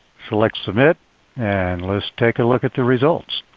select submit and let's take a look at the results.